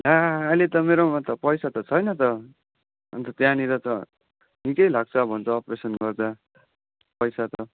ला अहिले त मेरोमा त पैसा त छैन त अनि त त्यहाँनिर त निकै लाग्छ भन्छ अप्रेसन गर्दा पैसा त